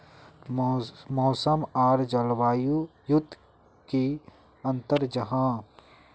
मौसम आर जलवायु युत की अंतर जाहा?